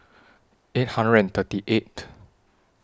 eight hundred and thirty eighth